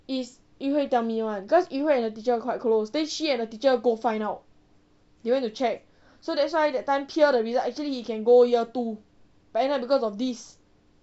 is it yu hui tell me [one] cause yu hui the teacher quite close then she and her teacher go find out they went to check so that's why that time pierre the result actually he can go year two but end up because of this